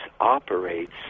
operates